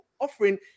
offering